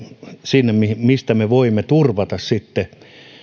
sinne mistä me voimme sitten turvata